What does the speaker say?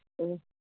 ആ